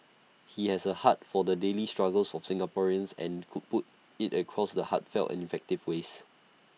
he has A heart for the daily struggles of Singaporeans and could put IT across the heartfelt and effective ways